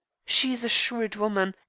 she is a shrewd woman,